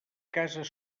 cases